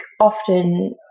often